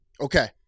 Okay